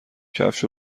کفش